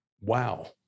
wow